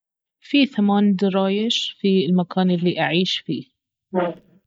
في ثمان درايش في المكان الي أعيش فيه